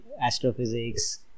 astrophysics